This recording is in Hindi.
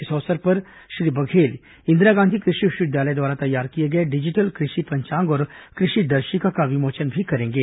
इस अवसर पर श्री बघेल इंदिरा गांधी कृषि विश्वविद्यालय द्वारा र्तैयार किए गए डिजिटल कृषि पंचांग और कृषि दर्शिका का विमोचन भी करेंगे